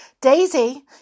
Daisy